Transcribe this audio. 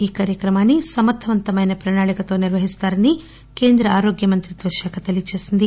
ఈ కార్యక్రమాన్ని సమర్దవంతమైన ప్రణాళికతో నిర్వహిస్తారని కేంద్ర ఆరోగ్య మంత్రిత్వ శాఖ తెలియజేసింది